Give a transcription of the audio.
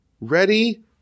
Ready